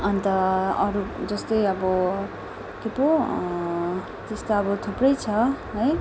अन्त अरू जस्तै अब के पो त्यस्तो अब थुप्रै छ है